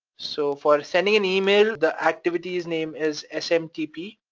so for sending an email, the activity's name is smtp,